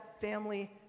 family